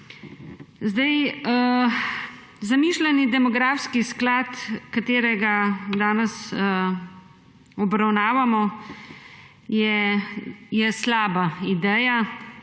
on. Zamišljeni demografski sklad, ki ga danes obravnavamo, je slaba ideja